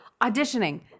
auditioning